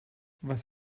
was